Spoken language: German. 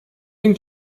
den